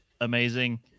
amazing